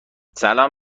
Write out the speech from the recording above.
سلام